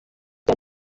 rya